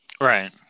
Right